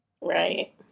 Right